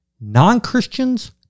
Non-Christians